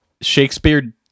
Shakespeare